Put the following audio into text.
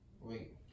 Wait